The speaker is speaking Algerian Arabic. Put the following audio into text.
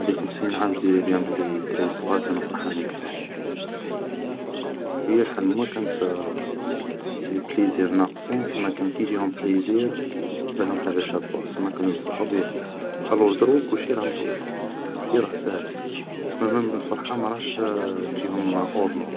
هادي خمسين عام جو ديري بيان بلي دراري صغار كانو فرحانين كتر, و هي شحال ما كانت لي بليزير ناقصين, سما كان كي يجيهم بليزير تبانلهم حاجة شابة, سما كانو يفرحو بيها, الور دروك كلشي راه متوفر كلشي راه ساهل سما مام الفرحة ماراهاش تجيهم اور نورم